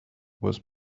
was